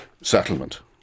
settlement